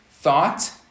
thought